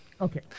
Okay